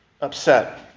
upset